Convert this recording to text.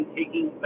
taking